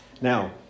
Now